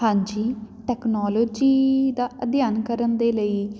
ਹਾਂਜੀ ਟੈਕਨੋਲੋਜੀ ਦਾ ਅਧਿਐਨ ਕਰਨ ਦੇ ਲਈ